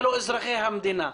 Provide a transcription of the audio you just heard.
אלו אזרחי המדינה,